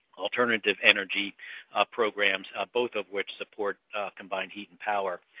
alternative energy programs both of which support combined heating power.